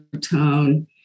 tone